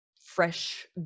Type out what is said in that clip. fresh